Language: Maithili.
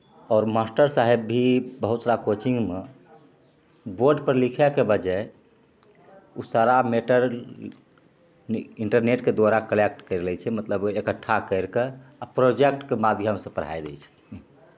आओर मास्टर साहेब भी बहुत सारा कोचिन्गमे बोर्डपर लिखैके बजाय ओ सारा मैटर इन्टरनेटके द्वारा कलेक्ट करि लै छै मतलब एकट्ठा करिके आओर प्रोजेक्टके माध्यमसे पढ़ै दै छथिन